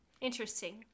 interesting